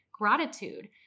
gratitude